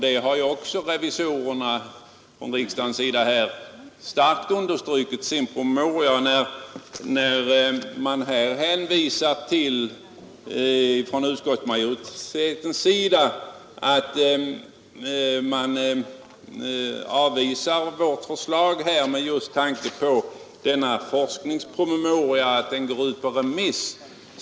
Det har också riksdagsrevisorerna starkt understrukit i sin promemoria. Utskottsmajoriteten avstyrker vårt förslag med hänvisning till att denna forskningspromemoria nu gått ut på remiss.